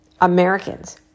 Americans